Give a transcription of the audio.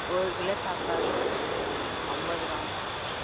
ஒரு கிலோ தக்காளி வந்து ஐம்பது ரூபா